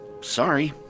Sorry